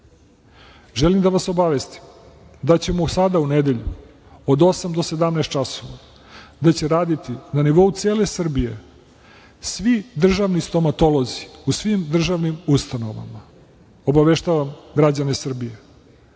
žive. Želim da vas obavestim da će sada u nedelju od 08 do 17 časova da će raditi na nivou cele Srbije svi državni stomatolozi u svim državnim ustanovama. Obaveštavam građane Srbije. Želim